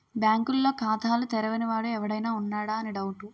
బాంకుల్లో ఖాతాలు తెరవని వాడు ఎవడైనా ఉన్నాడా అని డౌటు